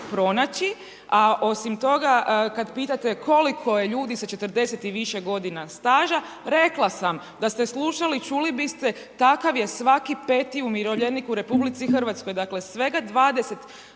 pronaći, a osim toga kad pitate koliko je ljudi sa 40 i više godina staža. Rekla sam, da ste slušali, čuli biste. Takav je svaki peti umirovljenik u RH. Dakle svega 20